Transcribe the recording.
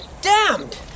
damned